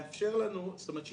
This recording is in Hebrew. לאפשר לנו, זאת אומרת ש